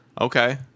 Okay